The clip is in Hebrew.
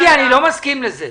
מיקי, אני לא מסכים לזה.